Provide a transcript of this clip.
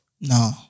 No